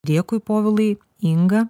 dėkui povilai inga